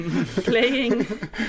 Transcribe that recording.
playing